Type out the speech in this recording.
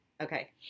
Okay